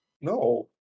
No